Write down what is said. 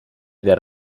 del